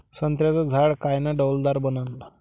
संत्र्याचं झाड कायनं डौलदार बनन?